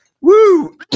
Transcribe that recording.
woo